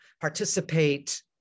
participate